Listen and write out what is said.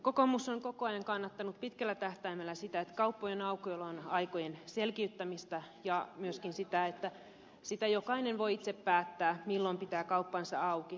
kokoomus on koko ajan kannattanut pitkällä tähtäimellä kauppojen aukioloaikojen selkiyttämistä ja myöskin sitä että jokainen voi itse päättää milloin pitää kauppansa auki